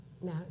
now